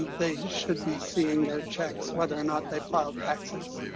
they should be seeing their checks whether or not they file taxes.